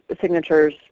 signature's